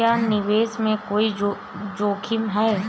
क्या निवेश में कोई जोखिम है?